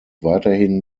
weiterhin